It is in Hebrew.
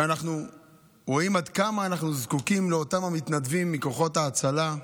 שאנחנו רואים עד כמה אנחנו זקוקים לאותם המתנדבים מכוחות ההצלה,